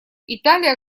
италия